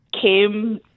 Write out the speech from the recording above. came